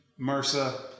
MRSA